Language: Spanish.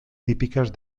típicas